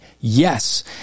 Yes